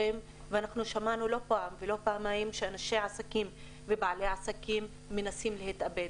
שמענו לא פעם ולא פעמיים שאנשי עסקים ובעלי עסקים מנסים להתאבד.